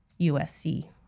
USC